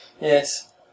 Yes